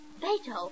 Beethoven